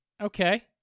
Okay